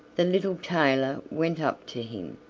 the little tailor went up to him,